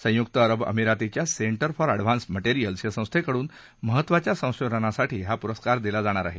संयुक्त अरब अमिरातीच्या सेंटर फॉर अद्वेहान्स मटेरियल्स या संस्थेकडून महत्त्वाच्या संशोधनासाठी हा पुरस्कार दिला जाणार आहे